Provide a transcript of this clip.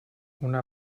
una